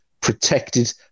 protected